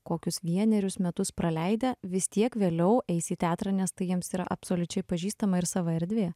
kokius vienerius metus praleidę vis tiek vėliau eis į teatrą nes tai jiems yra absoliučiai pažįstama ir sava erdvė